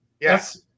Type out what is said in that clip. yes